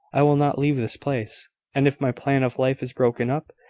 i will not leave this place and if my plan of life is broken up,